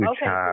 Okay